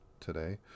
today